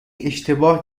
اشتباه